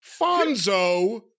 Fonzo